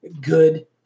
good